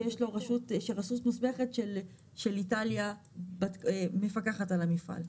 שרשות מוסמכת של איטליה מפקחת על המפעל.